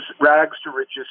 rags-to-riches